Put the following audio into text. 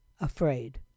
afraid